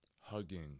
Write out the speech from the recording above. hugging